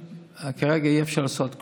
כרגע אי-אפשר לעשות כלום,